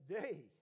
day